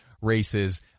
races